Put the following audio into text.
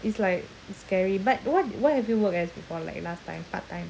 it's like scary but what what have you worked as before like last time part time